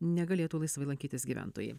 negalėtų laisvai lankytis gyventojai